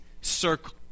circle